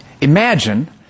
Imagine